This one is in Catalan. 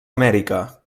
amèrica